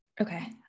Okay